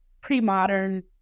pre-modern